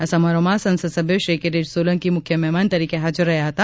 આ સમારોહમાં સંસદસભ્ય શ્રી કિરિટ સોલંકી મુખ્ય મહેમાન તરીકે હાજર રહ્યા હતા